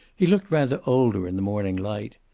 he looked rather older in the morning light.